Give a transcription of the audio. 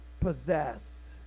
possess